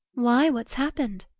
why, what's happened?